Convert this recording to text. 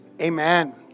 amen